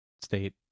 state